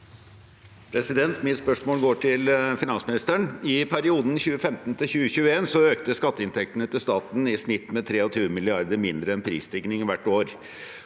Mitt spørsmål går til finansministeren. I perioden 2015–2021 økte skatteinntektene til staten i snitt med 23 mrd. kr mindre enn prisstigningen